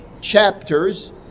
chapters